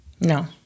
No